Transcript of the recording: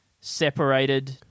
separated